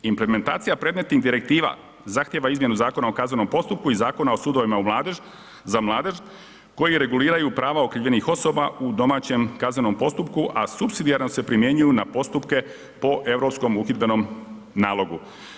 Implementacija predmetnih direktiva zahtijeva izmjenu Zakona o kaznenom postupku i Zakona o sudovima za mladež koji reguliraju prava okrivljenih osoba u domaćem kaznenom postupku, a supsidijarno se primjenjuju na postupke po Europskom uhidbenom nalogu.